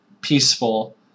peaceful